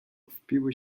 wpiły